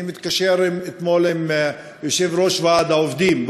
אני מתקשר אתמול ליושב-ראש ועד העובדים,